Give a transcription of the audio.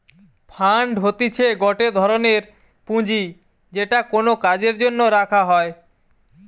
fund হতিছে গটে ধরনের পুঁজি যেটা কোনো কাজের জন্য রাখা হই